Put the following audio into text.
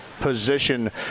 position